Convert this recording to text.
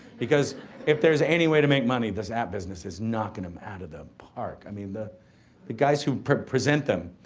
because if there's any way to make money, this app business is knockin' them out of the park. i mean the the guys who present them,